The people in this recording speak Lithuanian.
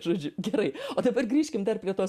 žodžiu gerai o dabar grįžkim dar prie tos